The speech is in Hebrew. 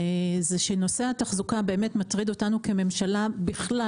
זה שנושא התחזוקה באמת מטריד אותנו כממשלה בכלל,